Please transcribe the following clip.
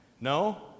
No